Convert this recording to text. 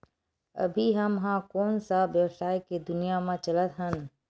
अभी हम ह कोन सा व्यवसाय के दुनिया म चलत हन?